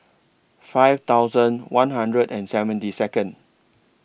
five thousand one hundred and seventy Second